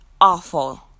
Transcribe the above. awful